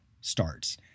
starts